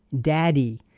Daddy